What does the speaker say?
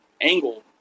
angle